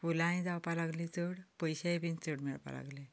फुलांय जावपाक लागलीं चड पयशेय बी चड मेळपाक लागले